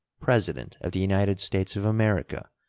president of the united states of america,